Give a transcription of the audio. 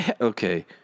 Okay